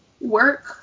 work